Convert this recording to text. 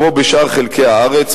כמו בשאר חלקי הארץ,